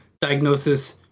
diagnosis